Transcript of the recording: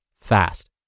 fast